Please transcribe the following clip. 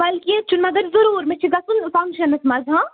بلکہِ چھُنہٕ مگر ضروٗر مےٚ چھِ گژھُن فَنٛگشَنَس منٛز ہاں